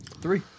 Three